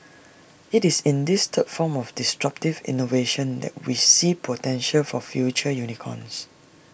it's in this third form of disruptive innovation that we see potential for future unicorns